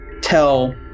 tell